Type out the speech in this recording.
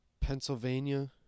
Pennsylvania